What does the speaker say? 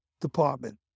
Department